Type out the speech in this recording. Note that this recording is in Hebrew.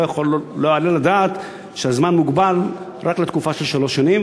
לא יעלה על הדעת שהזמן מוגבל רק לתקופה של שלוש שנים.